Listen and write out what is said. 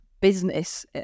business